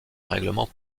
règlements